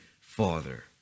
Father